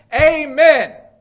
Amen